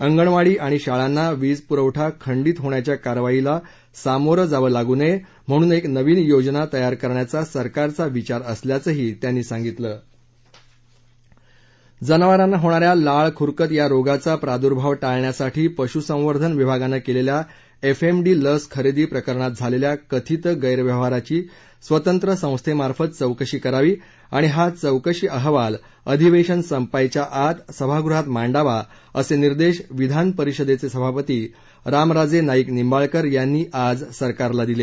अंगणवाडी आणि शाळांना वीज पुरवठा खंडित होण्याच्या कारवाईला सामोरं जावं लागू नये म्हणून एक नवीन योजना तयार करण्याचा सरकारचा विचार असल्याचंही त्यांनी सांगितलं जनावरांना होणाऱ्या लाळ खुरकत या रोगाचा प्रादु्भाव टाळण्यासाठी पशुसंवर्धन विभागानं केलेल्या एफएमडी लस खरेदी प्रकरणात झालेल्या कथित गैरव्यवहाराची स्वतंत्र संस्थेमार्फत चौकशी करावी आणि हा चौकशी अहवाल अधिवेशन संपायच्या आत सभागृहात मांडावा असे निर्देश विधान परिषदेचे सभापती रामराजे नाईक निंबाळकर यांनी आज सरकारला दिले